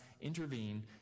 intervene